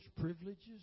privileges